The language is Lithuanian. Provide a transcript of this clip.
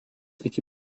iki